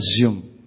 assume